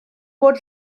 bod